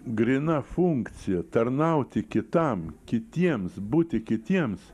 gryna funkcija tarnauti kitam kitiems būti kitiems